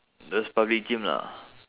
those public gym lah